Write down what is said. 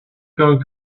going